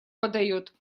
подаёт